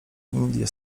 indie